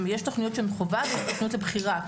יש תוכניות שהן חובה, ויש תוכניות לבחירה.